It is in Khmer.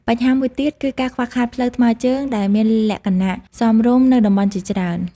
បញ្ហាមួយទៀត គឺការខ្វះខាតផ្លូវថ្មើរជើងដែលមានលក្ខណៈសមរម្យនៅតំបន់ជាច្រើន។